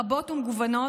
רבות ומגוונות,